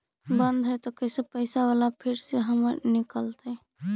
बन्द हैं त कैसे पैसा बाला फिर से हमर निकलतय?